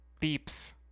beeps